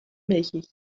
milchig